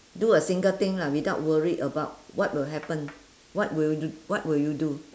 do a single thing lah without worried about what will happen what will d~ what will you do